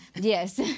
Yes